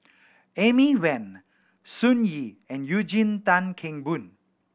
Amy Van Sun Yee and Eugene Tan Kheng Boon